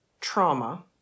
trauma